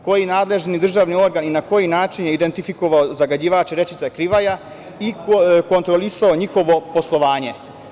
Koji nadležni državni organ i na koji način je identifikovao zagađivače rečice Krivaja i kontrolisao njihovo poslovanje?